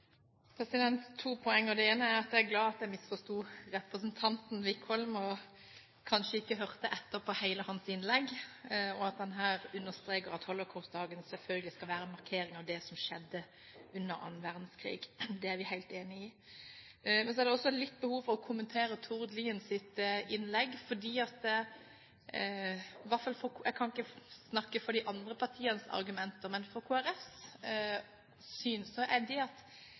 To poeng: Det ene er at jeg er glad for at jeg misforsto representanten Wickholm – jeg hørte kanskje ikke etter i hele hans innlegg – og at han her understreker at holocaustdagen selvfølgelig skal være en markering av det som skjedde under annen verdenskrig. Det er vi helt enige i. Men så er det også litt behov for å kommentere Tord Liens innlegg. Jeg kan ikke snakke for de andre partienes argumenter, men Kristelig Folkepartis syn er at man velger den internasjonale holocaustdagen, nettopp for